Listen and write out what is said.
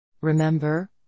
Remember